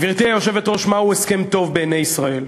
גברתי היושבת-ראש, מהו הסכם טוב בעיני ישראל?